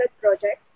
project